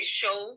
show